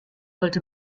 sollte